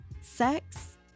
sex